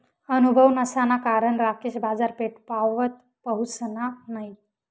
अनुभव नसाना कारण राकेश बाजारपेठपावत पहुसना नयी